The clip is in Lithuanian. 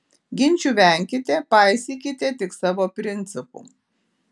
ginčų venkite paisykite tik savo principų